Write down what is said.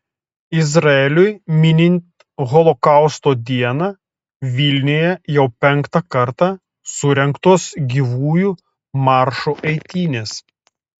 izraeliui minint holokausto dieną vilniuje jau penktą kartą surengtos gyvųjų maršo eitynės